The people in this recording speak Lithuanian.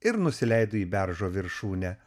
ir nusileido į beržo viršūnę